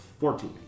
fourteen